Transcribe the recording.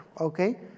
okay